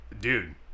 dude